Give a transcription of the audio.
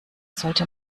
sollte